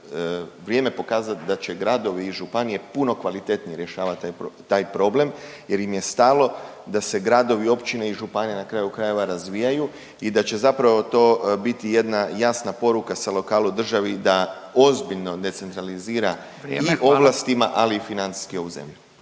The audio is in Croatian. vrijeme pokazati da će gradovi i županije puno kvalitetnije rješavati taj problem jer im je stalo da se gradovi, općine i županije na kraju krajeva razvijaju i da će zapravo to biti jedna jasna poruka sa lokalu državi da ozbiljno decentralizira …/Upadica Radin: Vrijeme.